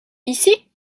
ici